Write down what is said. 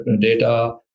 data